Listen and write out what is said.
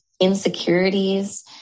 insecurities